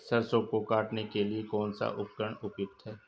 सरसों को काटने के लिये कौन सा उपकरण उपयुक्त है?